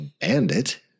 bandit